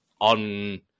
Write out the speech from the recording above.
on